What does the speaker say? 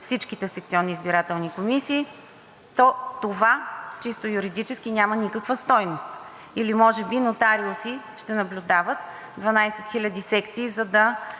всичките секционни избирателни комисии, то това чисто юридически няма никаква стойност или може би нотариуси ще наблюдават 12 000 секции,